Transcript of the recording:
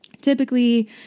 Typically